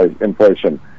inflation